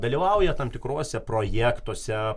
dalyvauja tam tikruose projektuose